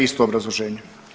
Isto obrazloženje.